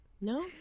No